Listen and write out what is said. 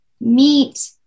meet